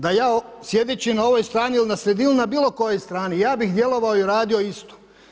Da ja sjedeći na ovoj strani ili na sredinu, na bilo kojoj strani, ja bih djelovao i radio isto.